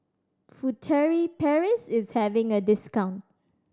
Furtere Paris is having a discount